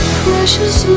precious